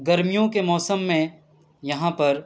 گرمیوں کے موسم میں یہاں پر